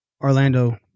Orlando